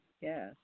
yes